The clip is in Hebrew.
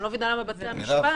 אני לא מבינה למה בתי המשפט